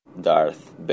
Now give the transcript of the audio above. Darth